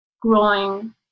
growing